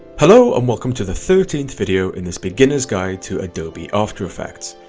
hello and welcome to the thirteenth video in this beginner's guide to adobe after effects.